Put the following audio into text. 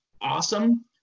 awesome